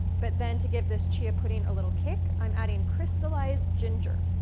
but then to give this chia pudding a little kick i'm adding crystallized ginger.